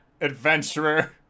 adventurer